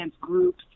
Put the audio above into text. groups